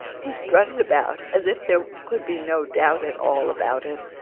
he strutted about as if there could be no doubt at all about it.